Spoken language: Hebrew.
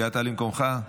הגעת למקומך?